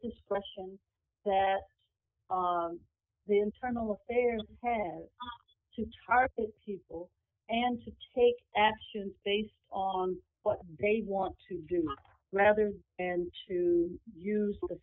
discretion that the internal affairs to tar people and to take actions based on what they want to do rather and to use the